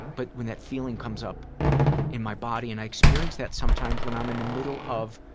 but when that feeling comes up in my body and i experience that sometimes when i'm in the middle of